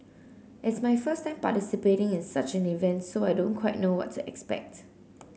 it's my first time participating in such an event so I don't quite know what to expect